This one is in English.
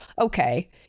Okay